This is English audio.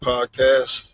Podcast